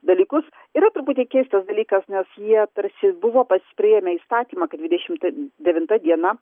dalykus yra truputį keistas dalykas nes jie tarsi buvo pas priėmę įstatymą kad dvidešimt devinta diena